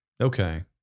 Okay